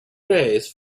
praise